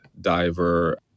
diver